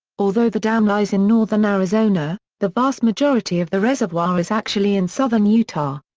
although the dam lies in northern arizona, the vast majority of the reservoir is actually in southern utah.